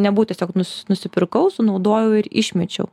nebūt tiesiog nus nusipirkau sunaudojau ir išmečiau